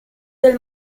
del